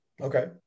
okay